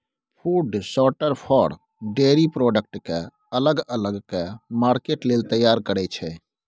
food sorter for, dairy product केँ अलग अलग कए मार्केट लेल तैयार करय छै